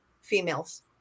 Females